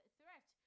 threat